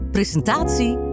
Presentatie